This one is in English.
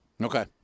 Okay